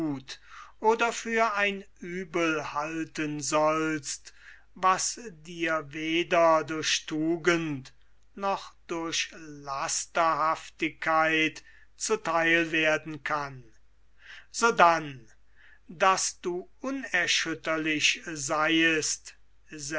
oder für ein uebel halten sollst was dir weder durch tugend noch durch lasterhaftigkeit zu theil werden kann sodann daß du unerschütterlich seiest